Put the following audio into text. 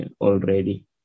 already